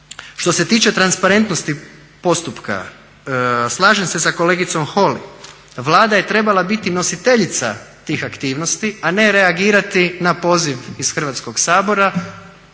Što se tiče transparentnosti postupka, slažem se sa kolegicom Holy, Vlada je trebala biti nositeljica tih aktivnosti a ne reagirati na poziv iz Hrvatskog sabora,